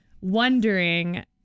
wondering